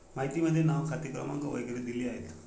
माहितीमध्ये नाव खाते क्रमांक वगैरे दिले आहेत